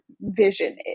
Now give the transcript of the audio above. vision